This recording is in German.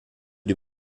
die